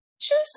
choose